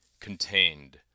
contained